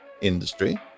industry